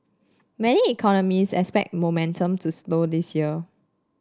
many economist expect momentum to slow this year